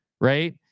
right